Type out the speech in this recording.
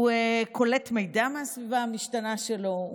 הוא קולט מידע מהסביבה המשתנה שלו,